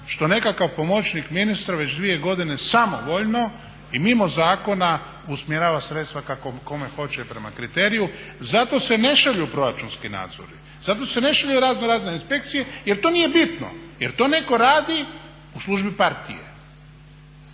što nekakav pomoćnik ministra već dvije godine samovoljno i mimo zakona usmjerava sredstva kako kome hoće i prema kriteriju. Za to se ne šalju proračunski nadzori, za to se ne šalje raznorazne inspekcije jer to nije bitno, jer to netko radi u službi partije.